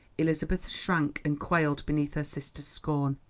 elizabeth shrank and quailed beneath her sister's scorn.